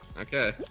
Okay